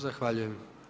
Zahvaljujem.